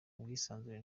ubwisanzure